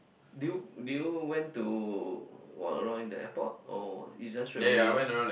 do you did you went to walk around in the airport or you just straight away